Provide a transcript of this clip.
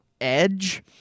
Edge